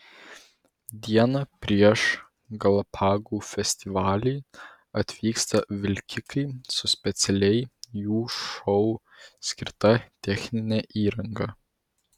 dieną prieš galapagų festivalį atvyksta vilkikai su specialiai jų šou skirta technine įranga